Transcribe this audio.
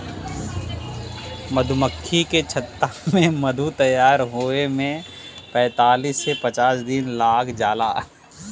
मधुमक्खी के छत्ता में मधु तैयार होये में पैंतालीस से पचास दिन लाग जाला